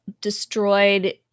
destroyed